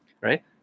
right